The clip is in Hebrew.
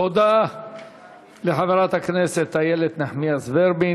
תודה לחברת הכנסת איילת נחמיאס ורבין.